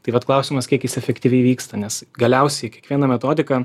tai vat klausimas kiek jis efektyviai vyksta nes galiausiai kiekviena metodika